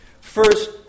First